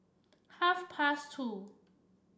half past two